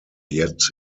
yet